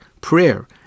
prayer